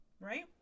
right